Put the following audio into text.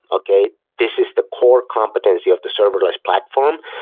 okay? this is the core competency of the serverless platform.